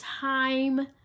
time